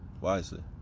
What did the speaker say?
wisely